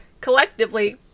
collectively